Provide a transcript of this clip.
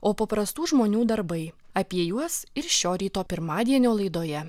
o paprastų žmonių darbai apie juos ir šio ryto pirmadienio laidoje